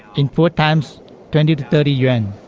in poor times twenty to thirty yuan.